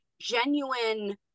genuine